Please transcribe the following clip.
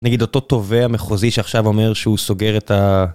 נגיד אותו תובע המחוזי שעכשיו אומר שהוא סוגר את ה...